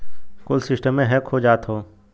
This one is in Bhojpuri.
कुल सिस्टमे हैक हो जात हौ